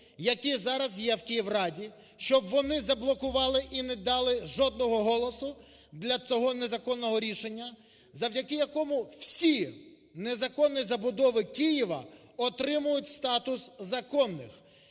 які зараз є в Київраді, щоб вони заблокували і не дали жодного голосу для того незаконного рішення, завдяки якому всі незаконні забудови Києва отримують статус законних.